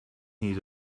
need